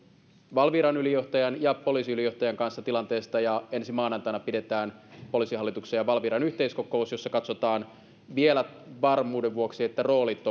valviran ylijohtajan ja poliisiylijohtajan kanssa tilanteesta ja ensi maanantaina pidetään poliisihallituksen ja valviran yhteiskokous jossa katsotaan vielä varmuuden vuoksi että roolit